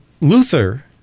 Luther